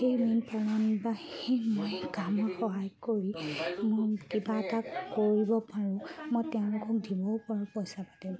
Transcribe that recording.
সেই মেইন ফালি মই কাম সহায় কৰি মই কিবা এটা কৰিব পাৰোঁ মই তেওঁলোকক দিবও পাৰোঁ পইচা পাতি